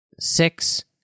Six